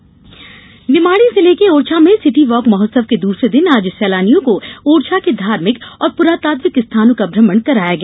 Orchha city walk Niwari जिले के ओरछा में सिटी वॉक महोत्सव के दूसरे दिन आज सैलानियों को ओरछा के धार्मिक और पुरातात्विक स्थानों का भ्रमण कराया गया